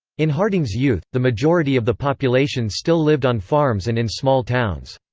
in harding's youth, the majority of the population still lived on farms and in small towns.